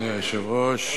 אדוני היושב-ראש,